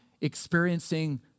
experiencing